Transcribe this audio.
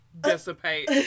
dissipate